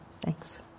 thanks